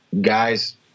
guys